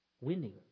winning